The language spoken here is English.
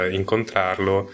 incontrarlo